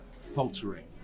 faltering